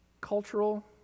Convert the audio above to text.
Cultural